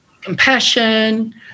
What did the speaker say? compassion